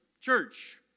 church